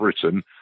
Britain